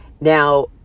Now